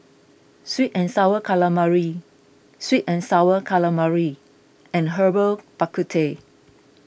Sweet and Sour Calamari Sweet and Sour Calamari and Herbal Bak Ku Teh